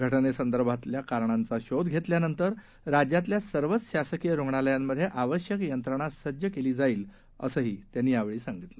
घ नेसंदर्भातल्या कारणांचा शोध घेतल्यानंतर राज्यातील सर्वच शासकीय रुग्णालयात आवश्यक यंत्रणा सज्ज करण्यात येईल असंही त्यांनी यावेळी सांगितलं